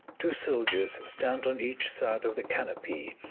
two soldiers stand on each side of the canopy,